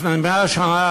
לפני 100 שנה,